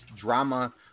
drama